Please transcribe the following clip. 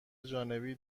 جانبی